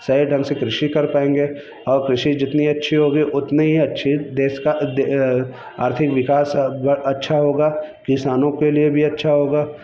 सही ढंग से कृषि कर पाएँगे और कृषि जितनी अच्छी होगी उतनी ही अच्छी देश का आर्थिक विकास अ अच्छा होगा किसानों के लिए भी अच्छा होगा